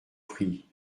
prie